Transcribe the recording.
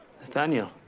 Nathaniel